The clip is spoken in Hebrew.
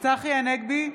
צחי הנגבי,